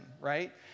right